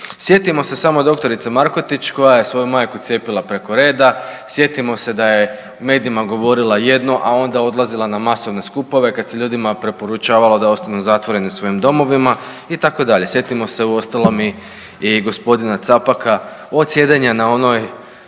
Sjetimo se samo doktorice Markotić koja je svoju majku cijepila preko reda, sjetimo se da je u medijima govorila jedno, a onda odlazila na masovne skupove kad se ljudima preporučavalo da ostanu zatvoreni u svojim domovima itd., sjetimo se uostalom i, i g. Capaka od sjedenja na onoj